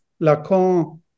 Lacan